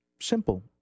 simple